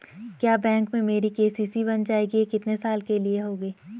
क्या बैंक में मेरी के.सी.सी बन जाएगी ये कितने साल के लिए होगी?